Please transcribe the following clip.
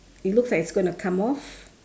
it looks like it's going to come off